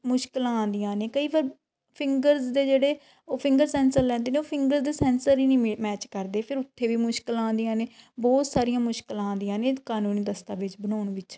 ਮੁਸ਼ਕਲਾਂ ਆਉਂਦੀਆਂ ਨੇ ਕਈ ਵਾਰ ਫਿੰਗਰਜ਼ ਦੇ ਜਿਹੜੇ ਉਹ ਫਿੰਗਰ ਸੈਂਸਰ ਲੈਂਦੇ ਨੇ ਉਹ ਫਿੰਗਰ ਦੇ ਸੈਂਸਰ ਹੀ ਨਹੀਂ ਮੈਚ ਕਰਦੇ ਫਿਰ ਉੱਥੇ ਵੀ ਮੁਸ਼ਕਿਲਾਂ ਆਉਂਦੀਆਂ ਨੇ ਬਹੁਤ ਸਾਰੀਆਂ ਮੁਸ਼ਕਿਲਾਂ ਆਉਂਦੀਆਂ ਨੇ ਕਾਨੂੰਨੀ ਦਸਤਾਵੇਜ਼ ਬਣਾਉਣ ਵਿੱਚ